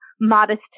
modest